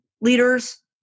leaders